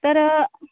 तर